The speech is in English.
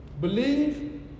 Believe